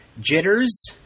Jitters